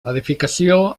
edificació